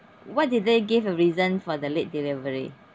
what did they give a reason for the late delivery